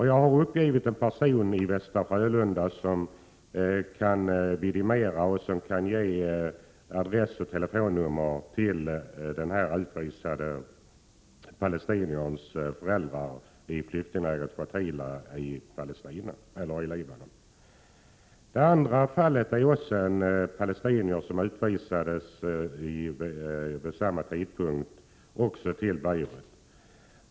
Jag har uppgivit en person i Västra Frölunda som kan vidimera saken och kan ge adress och telefonnummer till den här utvisade palestinierns föräldrahem i det nämnda flyktinglägret. Det andra fallet gäller en annan palestinier som utvisades vid samma tidpunkt, också till Beirut.